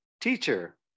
Teacher